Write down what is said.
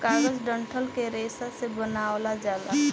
कागज डंठल के रेशा से बनावल जाला